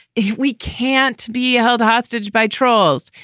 if we can't be held hostage by trolls.